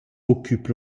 occupe